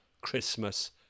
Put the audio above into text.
Christmas